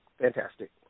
Fantastic